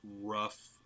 rough